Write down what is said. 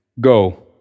Go